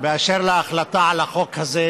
באשר להחלטה על החוק הזה,